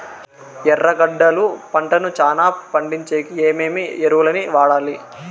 ఎర్రగడ్డలు పంటను చానా పండించేకి ఏమేమి ఎరువులని వాడాలి?